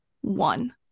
One